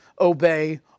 obey